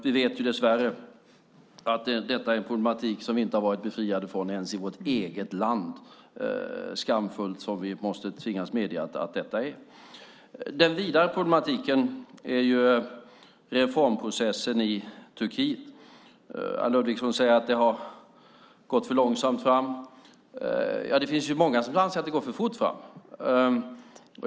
Vi vet dess värre att detta är en problematik som vi inte har varit befriade från ens i vårt eget land. Det måste vi skamfullt tvingas medge. Den vidare problematiken är reformprocessen i Turkiet. Anne Ludvigsson säger att det har gått för långsamt fram. Det finns många som anser att det går för fort fram.